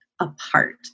apart